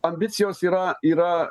ambicijos yra yra